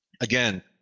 Again